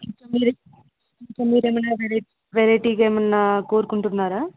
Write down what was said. మీరు ఏమన్న వెరైటీగా ఏమన్న కోరుకుంటున్నారా